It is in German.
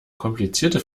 komplizierte